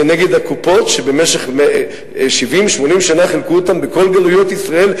נגד הקופות שבמשך 70 80 שנה חילקו בכל גלויות ישראל,